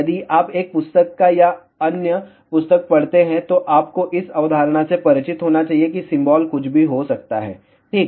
यदि आप एक पुस्तक या अन्य पुस्तक पढ़ते हैं तो आपको इस अवधारणा से परिचित होना चाहिए कि सिंबॉल कुछ भी हो सकता है ठीक